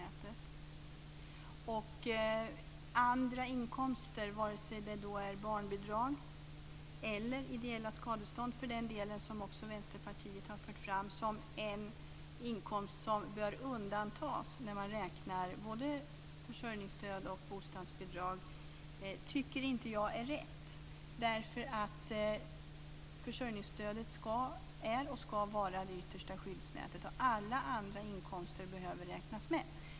Vänsterpartiet anser att en del andra inkomster ska räknas bort, t.ex. barnbidrag eller ideella skadestånd för den delen - det har ju också förts fram som en inkomst som bör undantas när man räknar både försörjningsstöd och bostadsbidrag. Detta tycker inte jag är rätt, därför att försörjningsstödet är och ska vara det yttersta skyddsnätet. Alla andra inkomster behöver räknas med.